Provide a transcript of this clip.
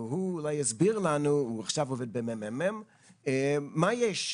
והוא אולי יסביר לנו מה יש.